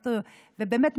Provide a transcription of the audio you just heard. ובאמת,